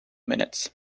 minutes